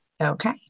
okay